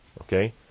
Okay